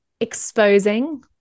Exposing